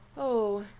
oh!